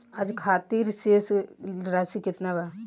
आज खातिर शेष राशि केतना बा?